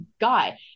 guy